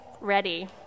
ready